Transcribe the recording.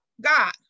God